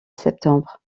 septembre